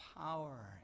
power